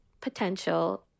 potential